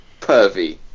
pervy